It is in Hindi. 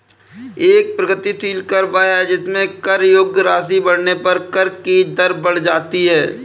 एक प्रगतिशील कर वह है जिसमें कर योग्य राशि बढ़ने पर कर की दर बढ़ जाती है